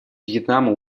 вьетнама